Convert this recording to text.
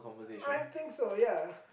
I think so ya